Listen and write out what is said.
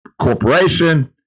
Corporation